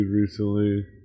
recently